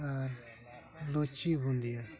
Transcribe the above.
ᱟᱨ ᱞᱩᱪᱤ ᱵᱩᱱᱫᱤᱭᱟᱹ